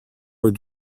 were